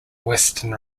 western